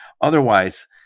otherwise